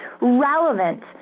relevant